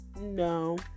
No